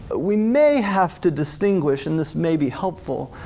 we may have to distinguish and this may be helpful,